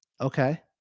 Okay